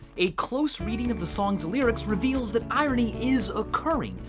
a close reading of the song's lyrics reveals that irony is occurring,